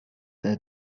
their